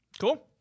Cool